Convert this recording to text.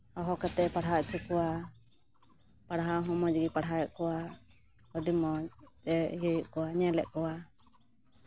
ᱦᱚᱦᱚ ᱠᱟᱛᱮᱫ ᱯᱟᱲᱦᱟᱣ ᱦᱚᱪᱚ ᱠᱚᱣᱟ ᱯᱟᱲᱦᱟᱣ ᱦᱚᱸ ᱢᱚᱡᱜᱮ ᱯᱟᱲᱦᱟᱣ ᱮᱜ ᱠᱚᱣᱟ ᱟᱹᱰᱤ ᱢᱚᱡᱽ ᱮ ᱤᱭᱟᱹᱭᱮᱜ ᱠᱚᱣᱟ ᱧᱮᱞ ᱮᱜ ᱠᱚᱣᱟ